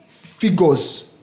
figures